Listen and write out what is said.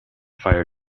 fire